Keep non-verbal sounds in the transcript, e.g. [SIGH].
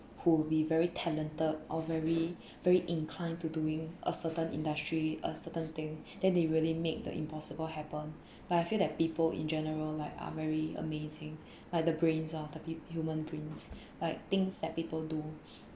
who'll be very talented or very [BREATH] very inclined to doing a certain industry a certain thing [BREATH] then they really make the impossible happen [BREATH] like I feel that people in general like are very amazing like the brains ah the peop~ human brains like things that people do